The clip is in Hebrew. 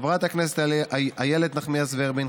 חברת הכנסת איילת נחמיאס ורבין,